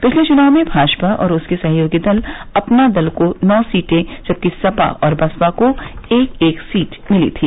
पिछले चुनाव में भाजपा और उसके सहयोगी दल अपना दल को नौ सीटें जबकि सपा और बसपा को एक एक सीट मिली थी